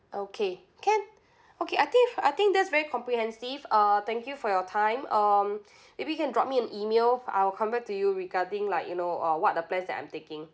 okay can okay I think I think that's very comprehensive uh thank you for your time um if you can drop me an email I'll come back to you regarding like you know uh what the plan that I'm taking